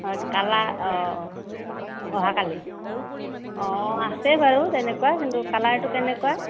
হয় কালাৰ অঁ অহাকালি অঁ আছে বাৰু তেনেকুৱা কিন্তু কালাৰটো কেনেকুৱা